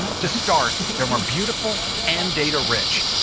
to start, they're more beautiful and data rich.